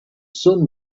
sun